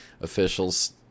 officials